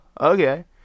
okay